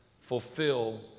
fulfill